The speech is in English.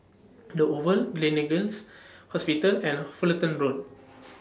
The Oval Gleneagles Hospital and Fullerton Road